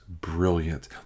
brilliant